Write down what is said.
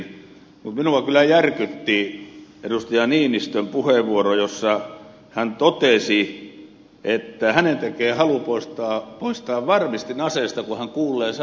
mutta minua kyllä järkytti edustaja niinistön puheenvuoro jossa hän totesi että hänen tekee mieli poistaa varmistin aseesta kun hän kuulee sanan parlamentarismi